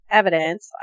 evidence